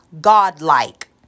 godlike